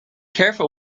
careful